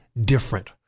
different